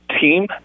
team